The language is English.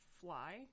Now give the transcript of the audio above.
fly